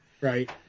right